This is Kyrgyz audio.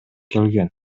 келген